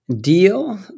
deal